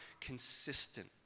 consistent